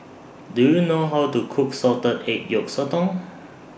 Do YOU know How to Cook Salted Egg Yolk Sotong